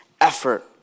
effort